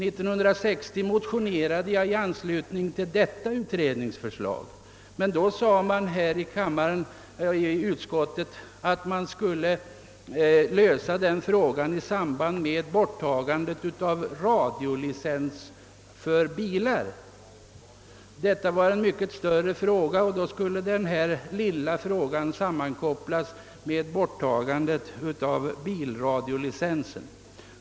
I anledning av detta ut redningsförslag motionerade jag på nytt 1960, men då sades det att frågan skulle lösas i samband med borttagandet av radiolicensen för bilradio. Denna lilla fråga skulle alltså sammankopplas med frågan om borttagandet av bilradiolicensen.